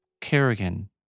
Kerrigan